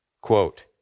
quote